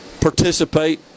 participate